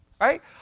right